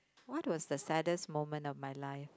what was the saddest moment of my life